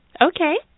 Okay